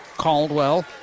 Caldwell